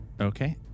Okay